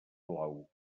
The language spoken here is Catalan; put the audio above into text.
blau